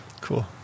Cool